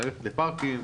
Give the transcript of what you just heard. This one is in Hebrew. ללכת לפארקים,